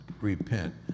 repent